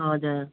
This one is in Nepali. हजुर